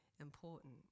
important